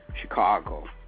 Chicago